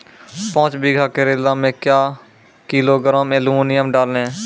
पाँच बीघा करेला मे क्या किलोग्राम एलमुनियम डालें?